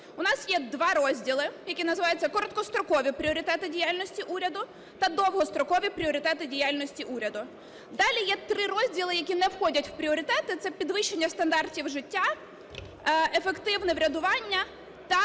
У нас є два розділи, які називаються "Короткострокові пріоритети діяльності уряду" та "Довгострокові пріоритети діяльності уряду". Далі є три розділи, які не входять в пріоритети, - це "Підвищення стандартів життя", "Ефективне врядування" та